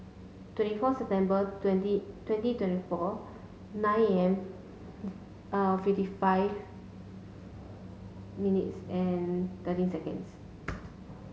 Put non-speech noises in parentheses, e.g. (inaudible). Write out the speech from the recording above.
twenty fourth September twenty twenty twenty four nine and (hesitation) fifty five minutes and thirteen seconds